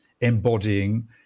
embodying